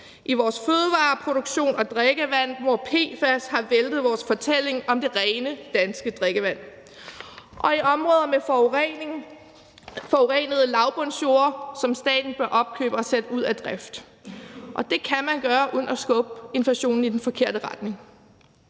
i vores fødevareproduktion og drikkevand, hvor PFAS har væltet vores fortælling om det rene danske drikkevand; og i områder med forurenede lavbundsjorde, som staten bør opkøbe og sætte ud af drift, og det kan man gøre uden at skubbe inflationen i den forkerte retning.